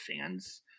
fans